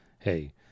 Hey